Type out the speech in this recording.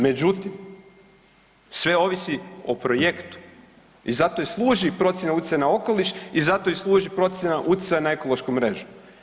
Međutim, sve ovisi o projektu i zato i služi procjena utjecaja na okoliš i zato služi procjena utjecaja na ekološku mrežu.